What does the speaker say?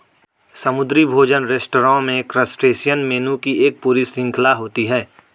समुद्री भोजन रेस्तरां में क्रस्टेशियन मेनू की एक पूरी श्रृंखला होती है